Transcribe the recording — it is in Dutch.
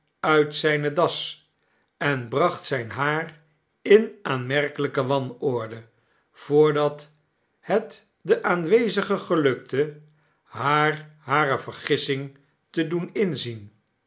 uit zijne das en bracht zijn haar in aanmerkelijke wanorde voordat het den aanwezigen gelukte haar hare vergissing te doen inzien